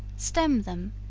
stem them,